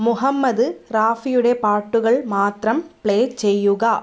മുഹമ്മദ് റാഫിയുടെ പാട്ടുകൾ മാത്രം പ്ലേ ചെയ്യുക